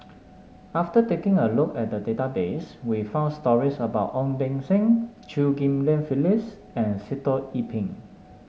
after taking a look at the database we found stories about Ong Beng Seng Chew Ghim Lian Phyllis and Sitoh Yih Pin